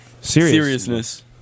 Seriousness